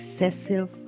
excessive